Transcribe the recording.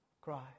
cry